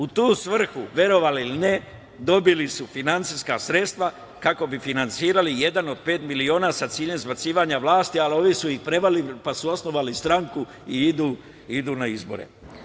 U tu svrhu, verovali ili ne, dobili su finansijska sredstva kako bi finansirali „1 od 5 miliona“ sa ciljem zbacivanja sa vlasti, ali ovi su ih prevarili pa su osnovali stranku i idu na izbore.